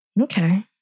Okay